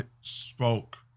spoke